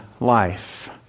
life